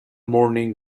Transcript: morning